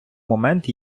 момент